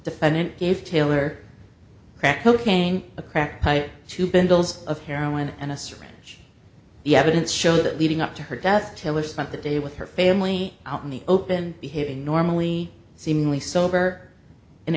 defendant gave taylor crack cocaine a crack pipe to bindles of heroin and a syringe the evidence showed that leading up to her death taylor spent the day with her family out in the open behaving normally seemingly sober and